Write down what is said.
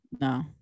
No